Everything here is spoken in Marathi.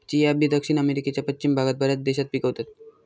चिया बी दक्षिण अमेरिकेच्या पश्चिम भागात बऱ्याच देशात पिकवतत